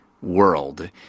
World